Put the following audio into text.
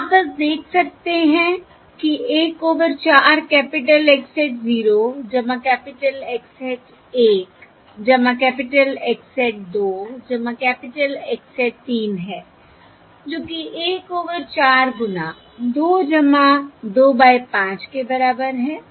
आप बस देख सकते हैं कि 1 over 4 capital X hat 0 capital X hat 1 capital X hat 2 capital X hat 3 है जो कि 1 ओवर 4 गुणा 2 2 बाय 5 के बराबर है